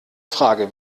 frage